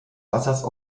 wassers